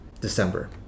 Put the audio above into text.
December